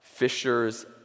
Fishers